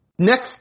Next